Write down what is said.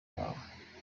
wawe